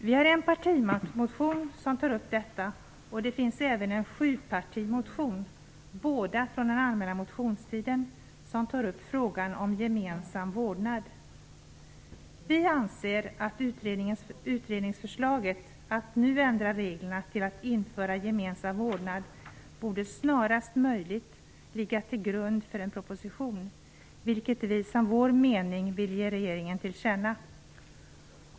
Vi tar upp detta i en partimotion. Det finns även en sjupartimotion som tar upp frågan om gemensam vårdnad. Båda är från den allmänna motionstiden. Vi anser att utredningsförslaget att nu ändra reglerna så att man inför gemensam vårdnad snarast möjligt borde ligga till grund för en proposition, vilket vi som vår mening vill ge regeringen till känna.